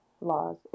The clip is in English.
laws